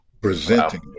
presenting